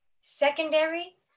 secondary